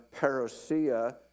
parousia